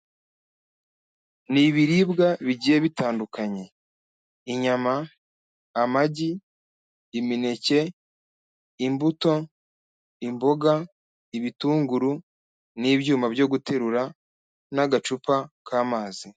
Ni ibiribwa bigiye bitandukanye: inyama, amagi, imineke, imbuto, imboga, ibitunguru n'ibyuma byo guterura n'agacupa k'amazi.